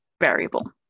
variable